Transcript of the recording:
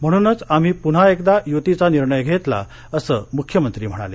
म्हणूनच आम्ही पुन्हा एकदा युतीचा निर्णय घेतला असं मुख्यमंत्री म्हणाले